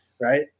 right